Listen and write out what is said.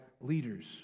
leaders